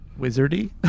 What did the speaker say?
wizardy